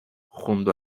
junto